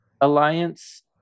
alliance